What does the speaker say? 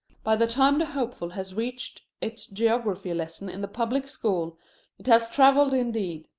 by the time the hopeful has reached its geography lesson in the public school it has travelled indeed.